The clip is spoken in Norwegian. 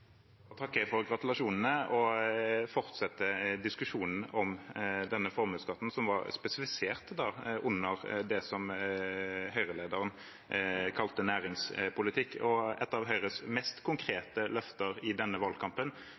takker for gratulasjonen og fortsetter diskusjonen om denne formuesskatten som var spesifisert under det Høyre-lederen kalte næringspolitikk. Et av Høyres mest konkrete løfter i denne valgkampen